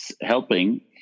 helping